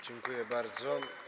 Dziękuję bardzo.